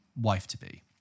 wife-to-be